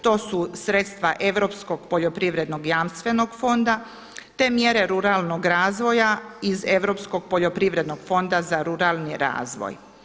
To su sredstva Europskog poljoprivrednog jamstvenog fonda, te mjere ruralnog razvoja iz Europskog poljoprivrednog fonda za ruralni razvoj.